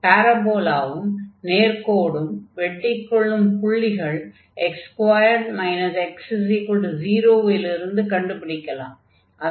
பாரபோலாவும் நேர்க்கோடும் வெட்டிக்கொள்ளும் புள்ளிகளை x2 x0 லிருந்து கண்டுபிடிக்கலாம்